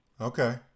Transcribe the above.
Okay